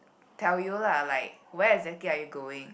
tell you lah like where exactly are you going